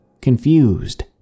confused